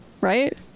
right